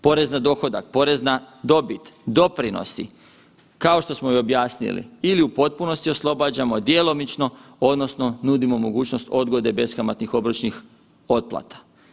Porez na dohodak, porez na dobit doprinosi kao što smo objasnili ili u potpunosti oslobađamo, djelomično odnosno nudimo mogućnost odgode beskamatnih obročnih otplata.